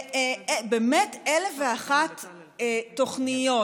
באמת אלף ואחת תוכניות.